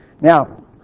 Now